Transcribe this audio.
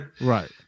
Right